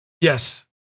Yes